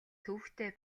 төвөгтэй